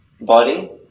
body